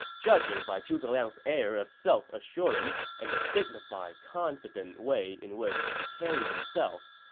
judging by zhuge liang's air of self-assurance and the dignified, confident way in which he carried himself,